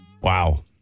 Wow